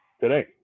today